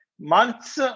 months